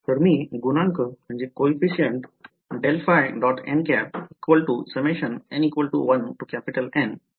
तर मी गुणांक coefficientलिहू शकतो